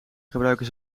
gebruiken